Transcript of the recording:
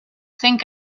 think